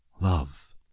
Love